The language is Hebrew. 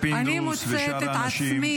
ושוב אני מוצאת את עצמי -- חברים,